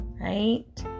right